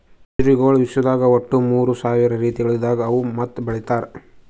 ಖಜುರಿಗೊಳ್ ವಿಶ್ವದಾಗ್ ಒಟ್ಟು ಮೂರ್ ಸಾವಿರ ರೀತಿಗೊಳ್ದಾಗ್ ಅವಾ ಮತ್ತ ಬೆಳಿತಾರ್